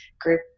group